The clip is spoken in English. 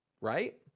Right